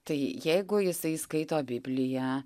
tai jeigu jisai skaito bibliją